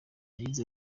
yagize